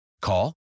call